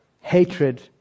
hatred